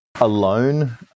Alone